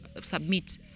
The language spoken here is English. submit